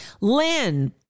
Lynn